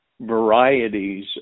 varieties